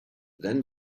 then